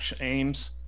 aims